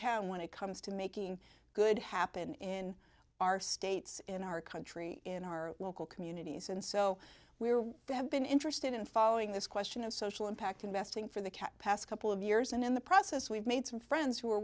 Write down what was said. town when it comes to making good happen in our states in our country in our local communities and so we are they have been interested in following this question of social impact investing for the cat past couple of years and in the process we've made some friends who are